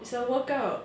it's a workout